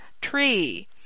tree